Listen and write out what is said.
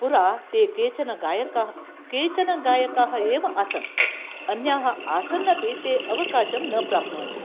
पुरा ते केचन गायकाः केचन गायकाः एव आसन् अन्याः आसन्नपि ते अवकाशं न प्राप्नुवन्ति